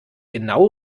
genau